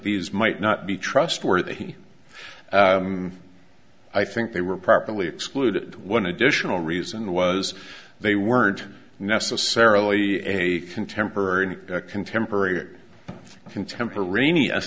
these might not be trustworthy i think they were partly excluded one additional reason was they weren't necessarily a contemporary contemporary contemporaneous